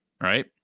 right